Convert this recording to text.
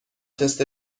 تست